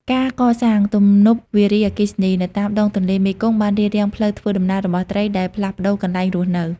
ការកសាង ទំនប់វារីអគ្គិសនី នៅតាមដងទន្លេមេគង្គបានរារាំងផ្លូវធ្វើដំណើររបស់ត្រីដែលផ្លាស់ប្តូរកន្លែងរស់នៅ។